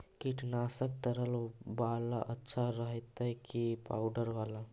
कीटनाशक तरल बाला अच्छा रहतै कि पाउडर बाला?